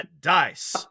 dice